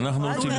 אנחנו רוצים